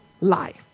life